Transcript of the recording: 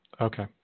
Okay